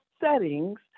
settings